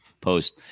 post